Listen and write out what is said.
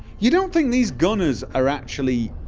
you don't think these gunners are actually